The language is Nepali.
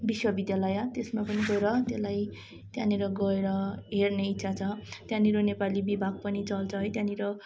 विश्वविद्यालय त्यसमा पनि गएर त्यसलाई त्यहाँनिर गएर हेर्ने इच्छा छ त्यहाँनिर नेपाली विभाग पनि चल्छ है त्यहाँनिर